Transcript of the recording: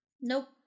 Nope